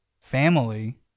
family